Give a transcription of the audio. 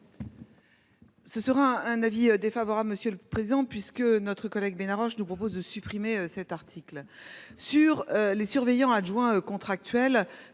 Ce sera un avis défavorable. Monsieur le Président, puisque notre collègue ben arrange nous propose de supprimer cet article sur les surveillants adjoints contractuels.